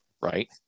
right